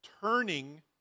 turning